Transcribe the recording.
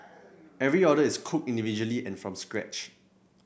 every order is cooked individually and from scratch